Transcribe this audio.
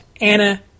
Anna